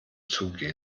zugehen